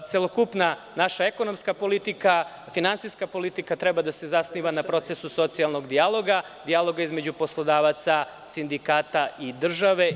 Celokupna naša ekonomska politika, finansijska politika treba da se zasniva na procesu socijalnog dijaloga, dijaloga između poslodavaca, sindikata i države.